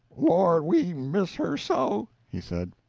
lord, we miss her so! he said.